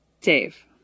Dave